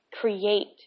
create